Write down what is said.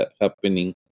happening